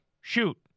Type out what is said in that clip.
shoot